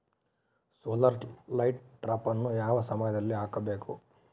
Solar light ಟ್ರಾಪನ್ನು ಯಾವ ಸಮಯದಲ್ಲಿ ಹಾಕಬೇಕು?